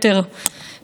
וזה בידינו.